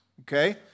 Okay